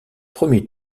premier